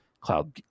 cloud